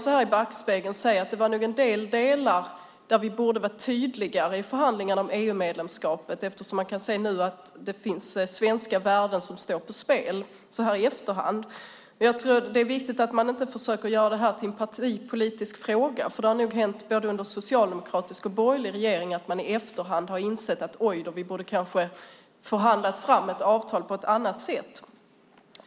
Så här i backspegeln kan man se att det nog fanns en del delar där vi borde ha varit tydligare i förhandlingarna om EU-medlemskapet. Man kan nu så här i efterhand se att det finns svenska värden som står på spel. Men jag tror att det är viktigt att man inte försöker göra det här till en partipolitisk fråga. Det har nog hänt både under socialdemokratisk och borgerlig regering att man i efterhand har insett att man kanske borde ha förhandlat fram ett avtal på ett annat sätt.